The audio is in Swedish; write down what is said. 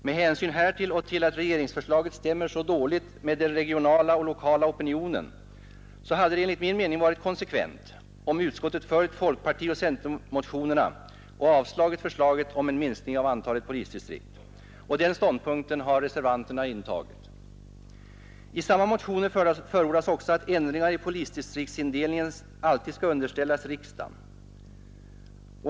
Med hänsyn härtill och till att regeringsförslaget stämmer så dåligt med den regionala och lokala opinionen, hade det enligt min mening varit konsekvent, om utskottet följt folkpartioch centerpartimotionerna och avslagit förslaget om en minskning av antalet polisdistrikt. Den ståndpunkten har reservanterna intagit. I samma motioner förordas också att ändringar i polisdistriktsindelningen alltid skall underställas riksdagen.